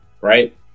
Right